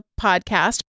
podcast